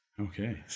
Okay